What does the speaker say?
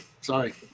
Sorry